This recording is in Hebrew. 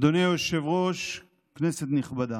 אדוני היושב-ראש, כנסת נכבדה,